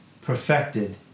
perfected